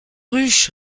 ruche